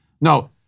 No